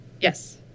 Yes